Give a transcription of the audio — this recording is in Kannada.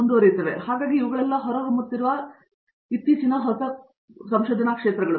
ಆದ್ದರಿಂದ ಅವುಗಳು ಹೊರಹೊಮ್ಮುತ್ತಿರುವ ಎಲ್ಲಾ ರೀತಿಯ ಹೊಸ ಪ್ರದೇಶಗಳಾಗಿವೆ